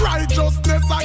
Righteousness